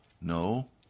No